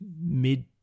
mid